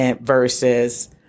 versus